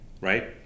right